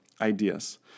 ideas